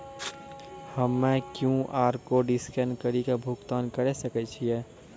हम्मय QR code scan कड़ी के भुगतान करें सकय छियै?